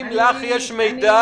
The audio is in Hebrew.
האם לך יש מידע